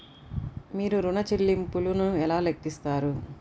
మీరు ఋణ ల్లింపులను ఎలా లెక్కిస్తారు?